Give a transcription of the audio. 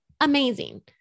amazing